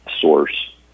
source